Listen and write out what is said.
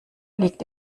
liegt